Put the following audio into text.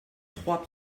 trois